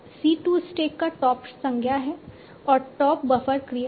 C 2 stack का top संज्ञा है और टॉप बफर क्रिया है